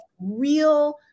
real